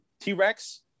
T-Rex